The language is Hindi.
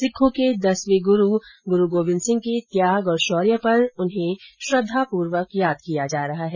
सिक्खों के दसवें गुरू गोविन्द सिंह के त्याग और शोर्य पर उन्हें श्रद्वापूर्वक याद किया जा रहा है